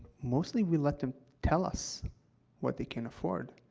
mostly, we let them tell us what they can afford,